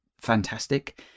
fantastic